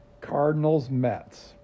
Cardinals-Mets